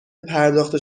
پرداخت